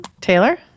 Taylor